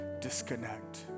disconnect